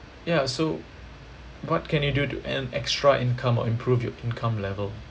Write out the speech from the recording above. ya so what can you do to earn extra income or improve your income level